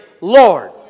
Lord